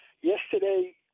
Yesterday